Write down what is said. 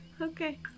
Okay